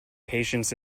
patience